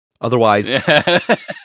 Otherwise